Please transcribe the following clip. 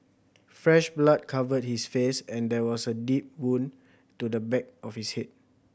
fresh blood covered his face and there was a deep wound to the back of his head